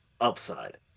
upside